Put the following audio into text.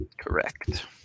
Correct